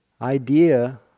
idea